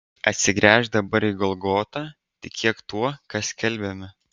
atsigręžk dabar į golgotą tikėk tuo ką skelbiame